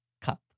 cup